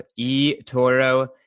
eToro